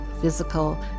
physical